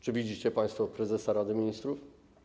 Czy widzicie państwo prezesa Rady Ministrów?